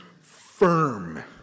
firm